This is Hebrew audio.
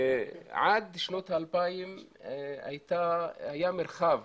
עד שנות ה-2000 היה מרחב